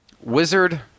Wizard